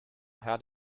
head